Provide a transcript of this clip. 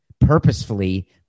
purposefully